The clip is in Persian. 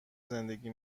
زندگی